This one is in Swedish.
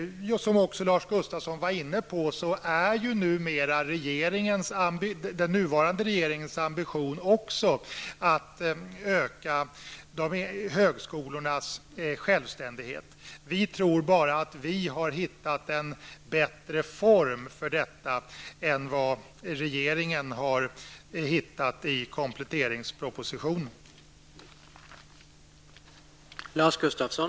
Som Lars Gustafsson också var inne på är den nuvarande regeringens ambition numera också att öka högskolornas självständighet. Vi tror bara att vi har hittat en bättre form för detta än vad regeringen har gjort i kompletteringspropositionen.